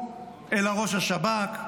אלא ראש השב"כ.